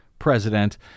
president